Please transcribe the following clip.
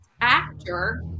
actor